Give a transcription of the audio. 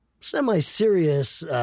semi-serious